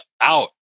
out